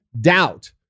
doubt